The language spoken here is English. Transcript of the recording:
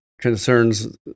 concerns